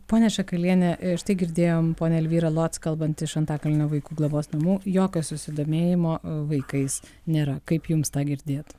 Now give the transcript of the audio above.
ponia šakaliene štai girdėjom ponią elvyrą lotc kalbant iš antakalnio vaikų globos namų jokio susidomėjimo vaikais nėra kaip jums tą girdėt